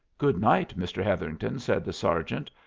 good night, mr. hetherington, said the sergeant.